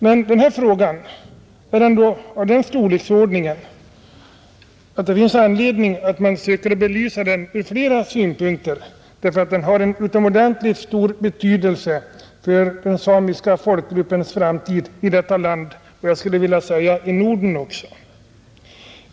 Men den här frågan är ändå av den storleksordningen att det finns anledning att man söker belysa den ur flera synvinklar. Den har nämligen utomordentligt stor betydelse för den samiska folkgruppens framtid i detta land och i hela Norden.